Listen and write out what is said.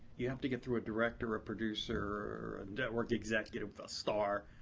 you have to get through a director, a producer, a network executive, a star.